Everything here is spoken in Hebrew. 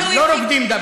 לא רוקדים דבקה.